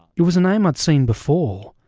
it was a name i'd seen before,